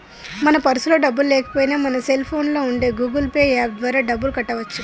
మన పర్సులో డబ్బులు లేకపోయినా మన సెల్ ఫోన్లో ఉండే గూగుల్ పే యాప్ ద్వారా డబ్బులు కట్టవచ్చు